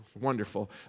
Wonderful